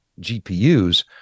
GPUs